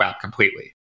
completely